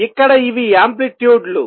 ఇక్కడ ఇవి యాంప్లిట్యూడ్ లు